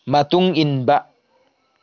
ꯃꯇꯨꯡ ꯏꯟꯕ